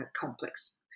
complex